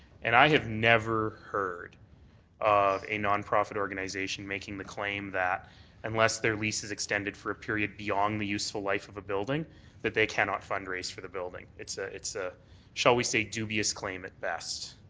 and i have never heard of a non-profit organization making the claim that unless their lease is extended for a period beyond the useful life of a building that they cannot fund raise for the building. it's ah it's ah shall we say dubious claim at best.